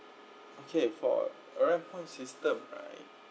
okay for point system right